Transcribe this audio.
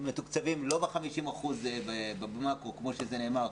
מתוקצבים לא ב-50% כמו שנאמר,